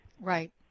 Right